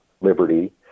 liberty